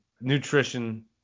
nutrition